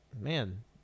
man